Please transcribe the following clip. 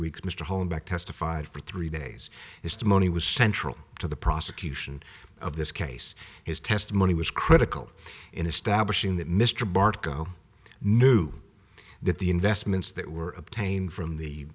weeks mr hollaback testified for three days is the money was central to the prosecution of this case his testimony was critical in establishing that mr barco knew that the investments that were obtained from the